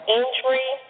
injury